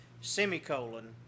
Semicolon